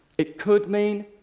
it could mean